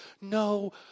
no